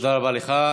תודה רבה לך.